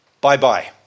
bye-bye